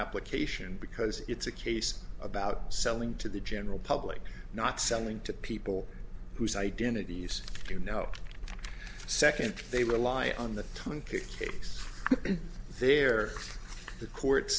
application because it's a case about selling to the general public not selling to people whose identities you know second they rely on the time case there the court